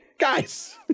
Guys